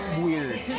weird